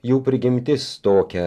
jau prigimtis tokia